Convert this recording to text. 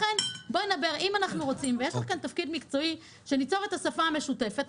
יש לך כאן תפקיד מקצועי ליצור את השפה המשותפת.